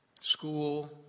school